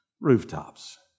rooftops